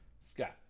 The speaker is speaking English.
Scott